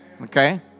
Okay